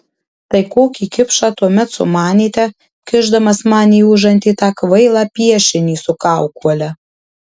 tai kokį kipšą tuomet sumanėte kišdamas man į užantį tą kvailą piešinį su kaukole